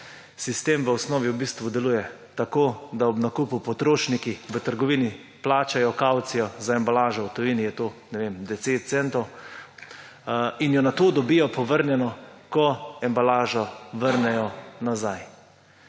Sistem v osnovi v bistvu deluje tako, da ob nakupu potrošniki v trgovini plačajo kavcijo za embalažo, v tujini je to 10 centov, in jo nato dobijo povrnjeno, ko embalažo vrnejo nazaj.